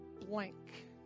blank